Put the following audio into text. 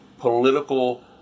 political